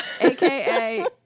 AKA